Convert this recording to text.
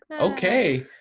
Okay